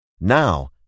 Now